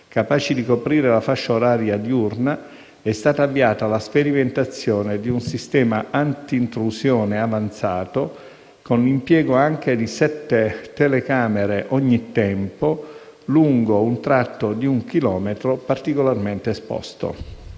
capaci di coprire la fascia oraria diurna, è stata avviata la sperimentazione di un sistema antintrusione avanzato, con l'impiego di sette telecamere "ogni tempo", lungo un tratto di un chilometro particolarmente esposto.